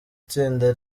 itsinda